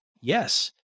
Yes